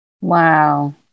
Wow